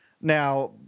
Now